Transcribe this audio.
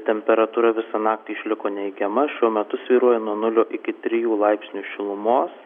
temperatūra visą naktį išliko neigiama šiuo metu svyruoja nuo nulio iki trijų laipsnių šilumos